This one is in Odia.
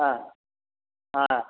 ହଁ ହଁ